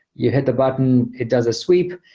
you hit the button. it does a sweep.